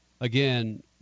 again